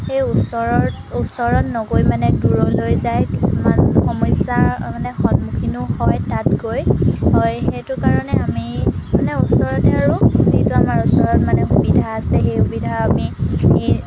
সেই ওচৰত ওচৰত নগৈ মানে দূৰলৈ যায় কিছুমান সমস্যাৰ মানে সন্মুখীনো হয় তাত গৈ হয় সেইটো কাৰণে আমি মানে ওচৰতে আৰু যিটো আমাৰ ওচৰত মানে সুবিধা আছে সেই সুবিধা আমি আমি